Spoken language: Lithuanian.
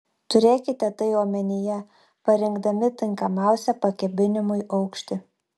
turėkite tai omenyje parinkdami tinkamiausią pakabinimui aukštį